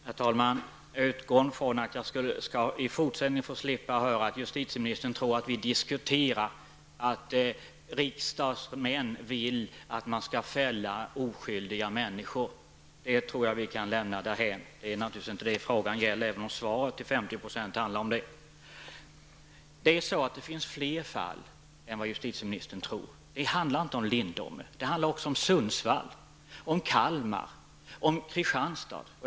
Herr talman! Jag utgår ifrån att jag i fortsättningen skall slippa få höra att justitieministern tror att vi diskuterar att riksdagsmän vill att man skall fälla oskyldiga människor. Det tror jag att vi kan lämna därhän. Det är naturligtvis inte det frågan gäller, även om svaret till 50 % handlar om det. Det finns fler fall än vad justitieministern tror. Det handlar inte bara om Lindome. Det handlar också om Sundsvall, Kalmar och Kristianstad.